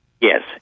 Yes